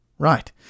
Right